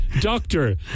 doctor